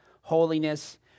holiness